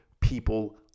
people